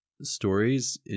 stories